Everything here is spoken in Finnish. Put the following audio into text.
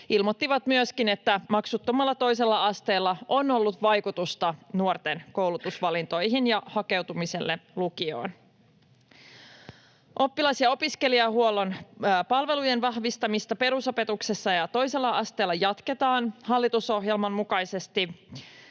ilmoittivat, että maksuttomalla toisella asteella on ollut vaikutusta nuorten koulutusvalintoihin ja hakeutumiseen lukioon. Oppilas- ja opiskelijahuollon palvelujen vahvistamista perusopetuksessa ja toisella asteella jatketaan hallitusohjelman mukaisesti.